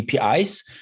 APIs